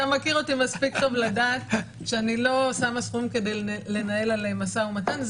אתה מכיר אותי מספיק טוב לדעת שאני לא שמה סכום כדי לנהל עליו משא ומתן.